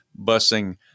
busing